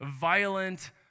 violent